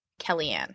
Kellyanne